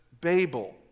Babel